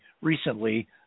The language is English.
recently